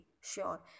Sure